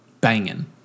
banging